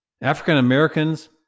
African-Americans